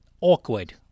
Awkward